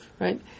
right